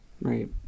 right